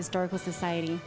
historical society